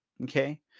Okay